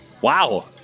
Wow